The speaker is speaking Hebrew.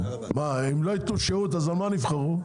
מה אם לא יתנו שירות אז על מה נבחרו?